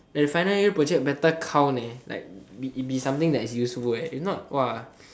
the final year project better count eh like be be something that is useful eh if not !wah!